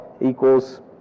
equals